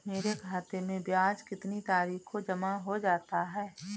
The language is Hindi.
मेरे खाते में ब्याज कितनी तारीख को जमा हो जाता है?